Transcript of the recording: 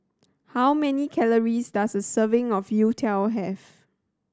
how many calories does a serving of youtiao have